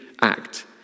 act